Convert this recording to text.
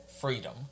freedom